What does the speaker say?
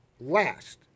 last